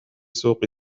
سوق